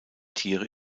tiere